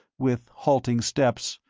with halting steps,